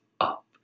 up